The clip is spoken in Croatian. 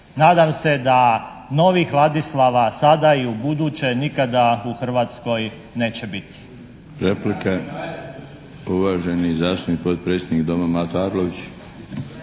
Nadam se da novih Vladislava sada i ubuduće nikada u Hrvatskoj neće biti.